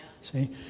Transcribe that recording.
See